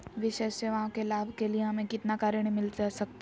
विशेष सेवाओं के लाभ के लिए हमें कितना का ऋण मिलता सकता है?